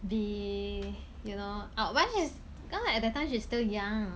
be you know out but is but then that time she still young